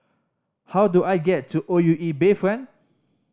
how do I get to O U E Bayfront